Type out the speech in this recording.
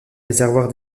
réservoirs